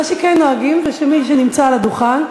מה שכן נוהגים זה שמי שנמצא על הדוכן,